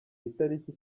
itariki